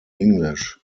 english